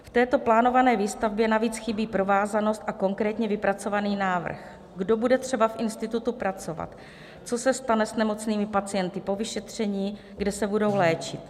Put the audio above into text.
Této plánované výstavbě navíc chybí provázanost a konkrétně vypracovaný návrh, kdo bude třeba v institutu pracovat, co se stane s nemocnými pacienty po vyšetření, kde se budou léčit.